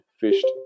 fished